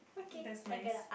that's nice